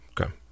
okay